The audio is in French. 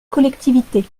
collectivité